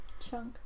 Chunk